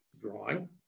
drawing